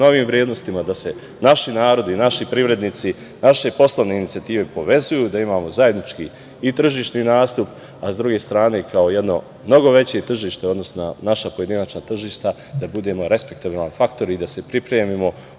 novim vrednostima, da se naši narodi, naši privrednici, naše poslovne inicijative povezuju, da imamo zajednički i tržišni nastup. S druge strane, kao jedno mnogo veće tržište, odnosno naša pojedinačna tržišta da budemo respektabilan faktor i da se pripremimo